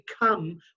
become